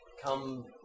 come